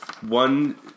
one